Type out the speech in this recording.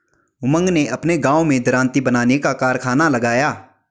उमंग ने अपने गांव में दरांती बनाने का कारखाना लगाया